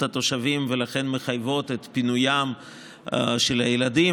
התושבים ולכן מחייבות את פינוים של הילדים,